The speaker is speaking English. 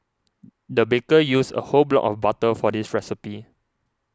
the baker used a whole block of butter for this recipe